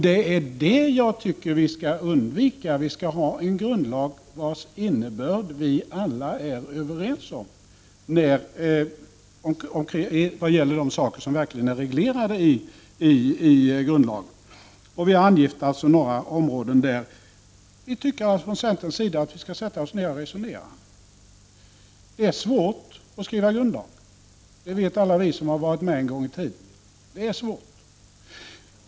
Det är sådant som jag tycker att vi skall undvika. Vi skall ha en grundlag, vars innebörd vi alla är överens om när det gäller de saker som verkligen är reglerade i grundlagen. Vi har i centern angivit några områden där vi anser att vi skall sätta oss ned och resonera. Det är svårt att skriva grundlag, det vet alla vi som har varit med en gång i tiden.